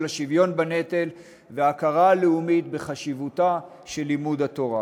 השוויון בנטל וההכרה הלאומית בחשיבותו של לימוד התורה.